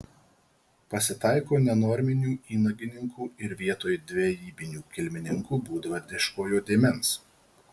pasitaiko nenorminių įnagininkų ir vietoj dvejybinių kilmininkų būdvardiškojo dėmens